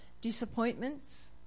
disappointments